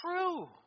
true